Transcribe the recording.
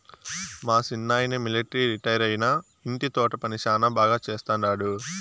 మా సిన్నాయన మిలట్రీ రిటైరైనా ఇంటి తోట పని శానా బాగా చేస్తండాడు